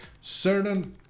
certain